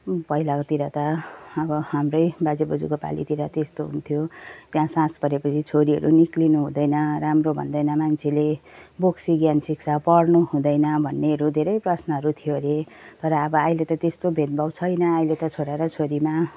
पहिलाकोतिर त अब हाम्रै बाजेबोजूको पालितिर त्यस्तो हुन्थ्यो त्यहाँ साँझ परेपछि छोरीहरू निस्किनुहुँदैन राम्रो भन्दैन मान्छेले बोक्सी ज्ञान सिक्छ पढ्नुहुँदैन भन्नेहरू धेरै प्रश्नहरू थियो अरे तर अब अहिले त त्यस्तो भेदभाव छैन अहिले त छोरा र छोरीमा